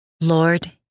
Lord